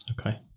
Okay